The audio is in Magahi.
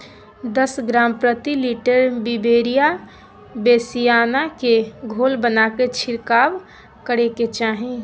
दस ग्राम प्रति लीटर बिवेरिया बेसिआना के घोल बनाके छिड़काव करे के चाही